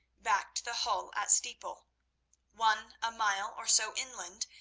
back to the hall at steeple one a mile or so inland,